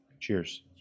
cheers